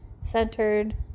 centered